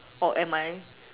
or am I